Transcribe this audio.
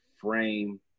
frame